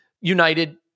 United